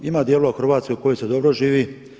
Ima dijelova u Hrvatskoj u kojima se dobro živi.